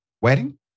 wedding